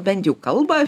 bent jau kalba